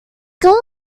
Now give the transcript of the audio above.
gonna